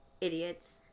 idiots